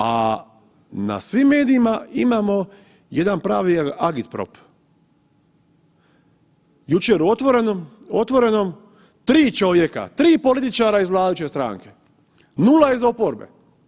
A na svim medijima imamo jedan pravi agitprop, jučer u „Otvorenom“ tri čovjeka, tri političara iz vladajuće stranke, nula iz oporbe.